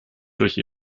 durch